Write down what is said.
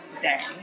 day